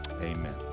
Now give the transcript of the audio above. Amen